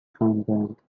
خندند